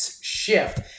shift